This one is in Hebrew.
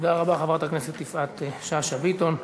תודה רבה, חברת הכנסת יפעת שאשא ביטון.